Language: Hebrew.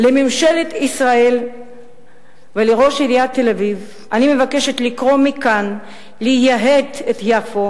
לממשלת ישראל ולראש עיריית תל-אביב אני מבקשת לקרוא מכאן לייהד את יפו,